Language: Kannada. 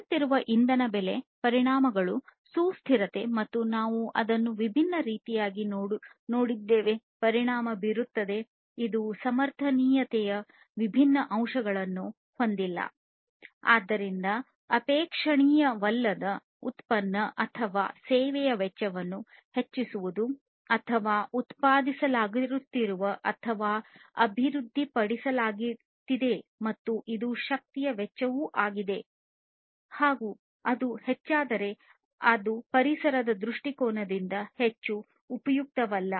ಹೆಚ್ಚುತ್ತಿರುವ ಇಂಧನ ಬೆಲೆ ಪರಿಣಾಮಗಳು ಸುಸ್ಥಿರತೆ ಕಾರಣ ಮತ್ತು ಅದು ವಿಭಿನ್ನ ರೀತಿಯಲ್ಲಿ ಪರಿಣಾಮ ಬೀರುತ್ತದೆ ಆದ್ದರಿಂದ ಅಪೇಕ್ಷಣೀಯವಲ್ಲದ ಉತ್ಪನ್ನ ಅಥವಾ ಸೇವೆಯ ವೆಚ್ಚವನ್ನು ಹೆಚ್ಚಿಸುವುದು ಪರಿಸರ ದೃಷ್ಟಿಕೋನದಿಂದ ಹೆಚ್ಚು ಉಪಯುಕ್ತವಲ್ಲ